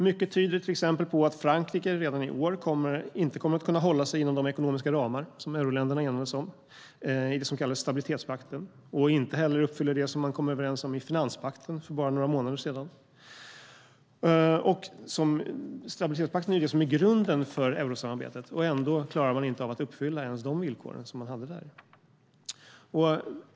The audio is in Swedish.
Mycket tyder till exempel på att Frankrike redan i år inte kommer att kunna hålla sig inom de ekonomiska ramar euroländerna enades om i den så kallade stabilitetspakten och inte heller uppfyller det som man kom överens om i finanspakten för bara några månader sedan. Stabilitetspakten är grunden för eurosamarbetet. Ändå klarar man inte av att uppfylla ens de villkor man hade där.